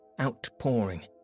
outpouring